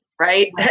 Right